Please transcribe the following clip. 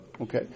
Okay